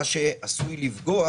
מה שעשוי לפגוע,